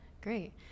Great